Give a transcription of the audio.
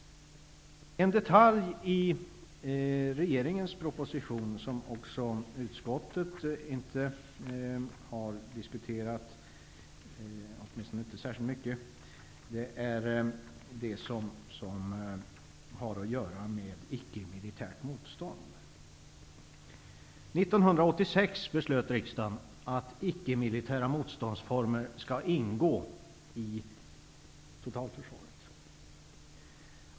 En detalj i regeringens proposition som utskottet inte har diskuterat, åtminstone inte särskilt mycket, är icke-militärt motstånd. År 1986 beslöt riksdagen att icke-militära motståndsformer skall ingå i totalförsvaret.